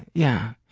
yeah.